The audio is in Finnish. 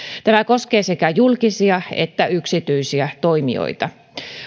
tämä koskee sekä julkisia että yksityisiä toimijoita